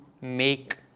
make